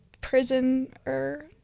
prisoner